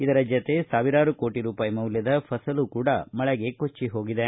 ಇದರ ಜೊತೆಗೆ ಸಾವಿರಾರು ಕೋಟಿ ರೂಪಾಯಿ ಮೌಲ್ತದ ಫಸಲು ಕೂಡ ಮಳೆಗೆ ಕೊಜ್ವಿಹೋಗಿದೆ